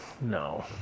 No